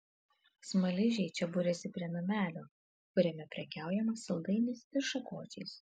smaližiai čia buriasi prie namelio kuriame prekiaujama saldainiais ir šakočiais